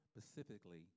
specifically